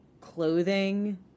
clothing